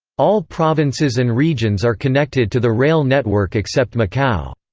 all provinces and regions are connected to the rail network except macau.